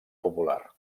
popular